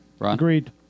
Agreed